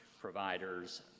providers